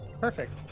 Perfect